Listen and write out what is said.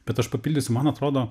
bet aš papildysiu man atrodo